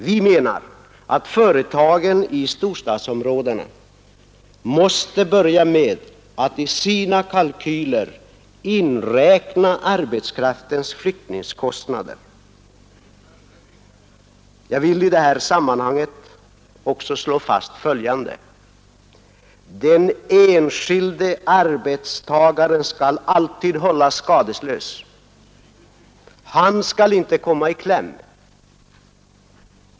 Vi menar att företagen i storstadsområdena måste börja med att i sina kalkyler inräkna arbetskraftens flyttningskostnader. I det här sammanhanget bör också följande slås fast: Den enskilde arbetstagaren skall alltid hållas skadeslös. Han skall inte komma i kläm.